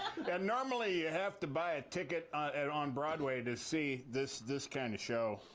normally you have to buy a ticket on broadway to see this this kind of show.